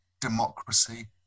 democracy